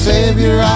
Savior